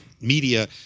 media